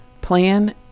plan